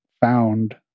found